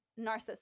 narcissist